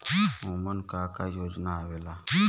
उमन का का योजना आवेला?